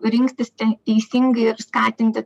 rinktis teisingai ir skatinti